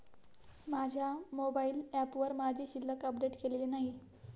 माझ्या मोबाइल ऍपवर माझी शिल्लक अपडेट केलेली नाही